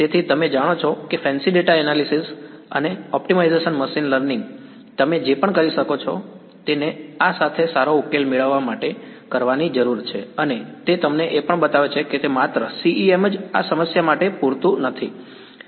તેથી તમે જાણો છો કે ફેન્સી ડેટા એનાલિટિક્સ અને ઓપ્ટિમાઇઝેશન મશીન લર્નિંગ તમે જે પણ કરી શકો છો તેને આ સાથે સારો ઉકેલ મેળવવા માટે કરવાની જરૂર છે અને તે તમને એ પણ બતાવે છે કે માત્ર CEM જ આ સમસ્યા માટે પૂરતું નથી